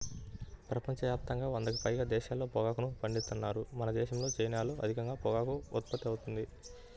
ప్రపంచ యాప్తంగా వందకి పైగా దేశాల్లో పొగాకుని పండిత్తన్నారు మనదేశం, చైనాల్లో అధికంగా పొగాకు ఉత్పత్తి అవుతుంది